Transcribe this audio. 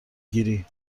گیری